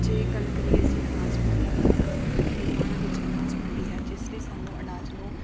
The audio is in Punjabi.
ਜੇ ਗੱਲ ਕਰੀਏ ਅਸੀਂ ਅਨਾਜ ਮੰਡੀ ਦੀ ਤਾਂ ਨਰੂਆਣਾ ਵਿੱਚ ਅਨਾਜ ਮੰਡੀ ਹੈ ਜਿਸ ਲਈ ਸਾਨੂੰ ਅਨਾਜ ਨੂੰ